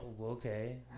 okay